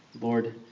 Lord